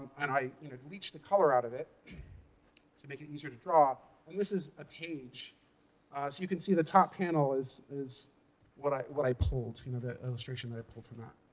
and i you know bleached the color out of it to make it easier to draw. and this is a page. so you can see the top panel is is what i what i pulled, you know the illustration that i pulled from that.